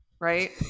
right